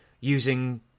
using